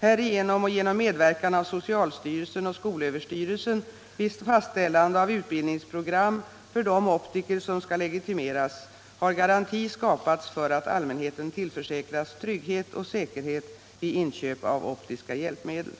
Härigenom och genom medverkan av socialstyrelsen och skolöverstyrelsen vid fastställande av utbildningsprogram för de optiker som skall legitimeras har garanti skapats för att allmänheten tillförsäkras trygghet och säkerhet vid inköp av optiska hjälpmedel.